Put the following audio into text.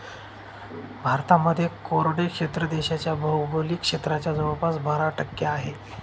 भारतामध्ये कोरडे क्षेत्र देशाच्या भौगोलिक क्षेत्राच्या जवळपास बारा टक्के आहे